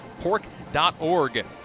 pork.org